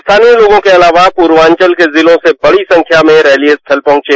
स्थानीय लोगों के अलावा पूर्वांचल के जिलों से बड़ी संख्या में रैली स्थल पहंचे